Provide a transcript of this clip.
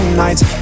nights